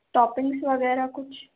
toppings وغیرہ کچھ